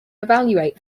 evaluate